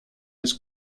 his